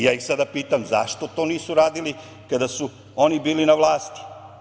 Ja ih sada pitam – zašto to nisu radili kada su oni bili na vlasti?